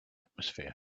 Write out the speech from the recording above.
atmosphere